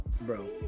bro